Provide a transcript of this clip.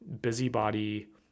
busybody